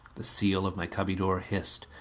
the seal of my cubby door hissed.